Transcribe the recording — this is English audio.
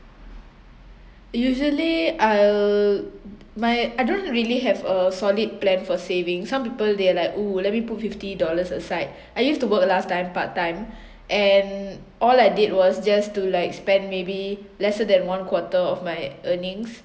usually I'll my I don't really have a solid plan for saving some people they like oo let me put fifty dollars aside I used to work last time part time and all I did was just to like spend maybe lesser than one quarter of my earnings